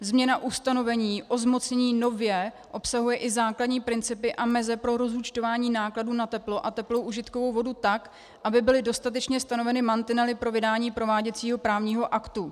Změna ustanovení o zmocnění nově obsahuje i základní principy a meze pro rozúčtování nákladů na teplo a teplou užitkovou vodu tak, aby byly dostatečně stanoveny mantinely pro vydání prováděcího právního aktu.